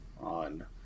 on